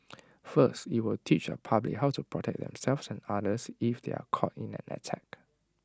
first IT will teach the public how to protect themselves and others if they are caught up in an attack